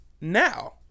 now